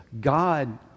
God